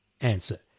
answer